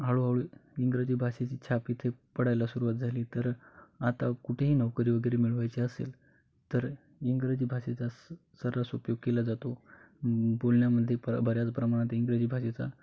हळूहळू इंग्रजी भाषेची छाप इथे पडायला सुरुवात झाली तर आता कुठेही नोकरी वगैरे मिळवायची असेल तर इंग्रजी भाषेचा स सर्रास उपयोग केला जातो बोलण्यामध्ये पण बऱ्याच प्रमाणात इंग्रजी भाषेचा